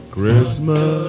Christmas